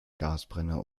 gasbrenner